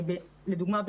לדוגמא,